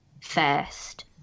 first